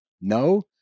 No